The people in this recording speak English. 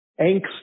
angst